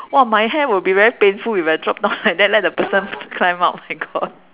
!wow! my hair would be very painful if I drop down like that let the person climb up my god